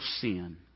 sin